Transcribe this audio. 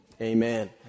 Amen